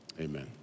Amen